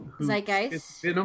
Zeitgeist